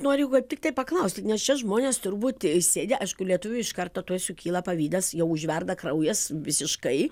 noriu va tiktai paklausti nes čia žmonės turbūt sėdi aišku lietuviui iš karto tuoj sukyla pavydas jau užverda kraujas visiškai